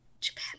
japan